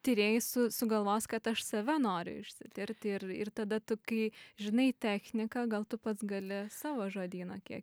tyrėjai su sugalvos kad aš save noriu išsitirti ir ir tada tu kai žinai techniką gal tu pats gali savo žodyną kiek